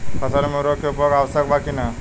फसल में उर्वरक के उपयोग आवश्यक बा कि न?